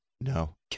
No